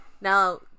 Now